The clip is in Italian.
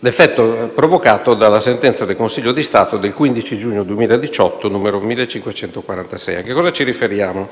l'effetto provocato dalla sentenza del Consiglio di Stato del 15 giugno 2018, n. 1546.